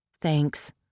Thanks